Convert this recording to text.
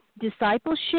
discipleship